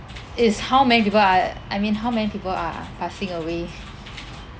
is how many people are I mean how many people are are passing away